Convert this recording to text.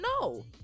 no